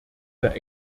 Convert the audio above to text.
der